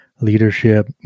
leadership